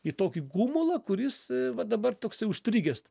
į tokį gumulą kuris va dabar toksai užstrigęs